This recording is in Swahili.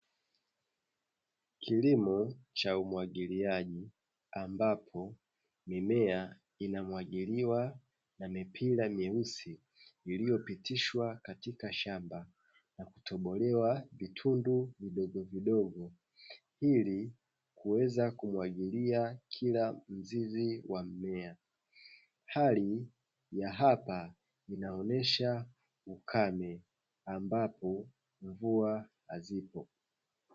Kilimo cha umwagiliaji ambapo mimea inamwagiliwa na mipira mieusi iliyopitishwa katika shamba na kutobolewa vitundu vidogovidogo ili kuweza kumwagilia kila mzizi wa mmea. Hali ya hapa inaonyesha ukame ambapo mvua hazipo.